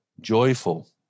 joyful